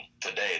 today